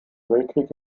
weltkrieg